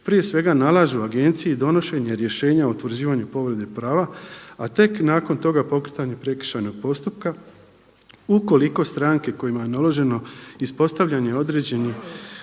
prije svega nalažu agenciji donošenje rješenja o utvrđivanju povrede prava, a tek nakon toga pokretanje prekršajnog postupka ukoliko stranke kojima je naloženo ispostavljanje određenih